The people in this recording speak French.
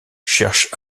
cherche